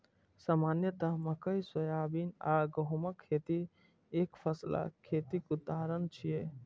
सामान्यतः मकइ, सोयाबीन आ गहूमक खेती एकफसला खेतीक उदाहरण छियै